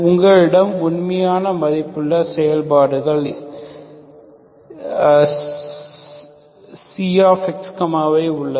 உங்களிடம் உண்மையான மதிப்புள்ள செயல்பாடு xyஉள்ளது